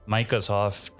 Microsoft